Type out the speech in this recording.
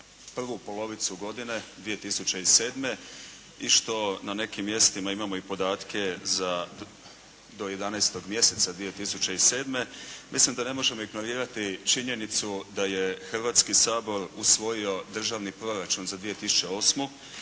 prvu polovicu godine 2007. i što na nekim mjestima imamo i podatke do 11. mjeseca 2007. mislim da ne možemo ignorirati činjenicu da je Hrvatski sabor usvojio Državni proračun za 2008.,